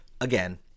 again